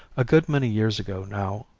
a good many years ago now,